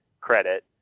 credit